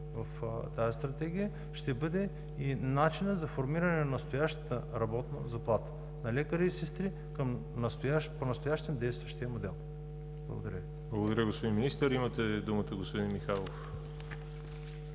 в тази Стратегия, ще бъде и начинът за формиране на настоящата работна заплата на лекари и сестри по настоящем действащия модел. Благодаря Ви. ПРЕДСЕДАТЕЛ ВАЛЕРИ ЖАБЛЯНОВ: Благодаря, господин Министър. Имате думата, господин Михайлов.